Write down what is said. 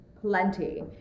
plenty